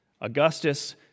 Augustus